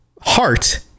heart